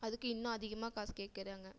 அதுக்கு இன்னும் அதிகமா காசு கேட்கறாங்க